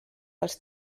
els